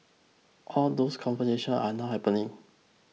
all those conversations are now happening